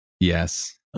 Yes